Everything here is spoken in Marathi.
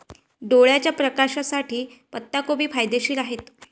डोळ्याच्या प्रकाशासाठी पत्ताकोबी फायदेशीर आहे